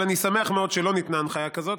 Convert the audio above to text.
אבל אני שמח מאוד שלא ניתנה הנחיה כזאת,